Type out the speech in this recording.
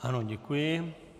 Ano, děkuji.